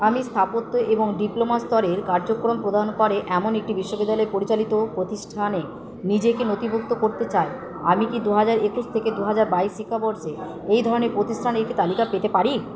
আমি স্থাপত্য এবং ডিপ্লোমা স্তরের কার্যক্রম প্রদান করে এমন একটি বিশ্ববিদ্যালয় পরিচালিত প্রতিষ্ঠানে নিজেকে নথিভুক্ত করতে চাই আমি কি দু হাজার একুশ থেকে দু হাজার বাইশ শিক্ষাবর্ষে এই ধরনের প্রতিষ্ঠানের একটি তালিকা পেতে পারি